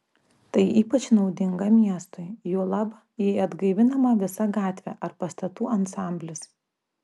tai ypač naudinga miestui juolab jei atgaivinama visa gatvė ar pastatų ansamblis